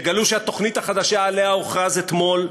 תגלו שהתוכנית החדשה שעליה הוכרז אתמול,